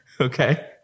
Okay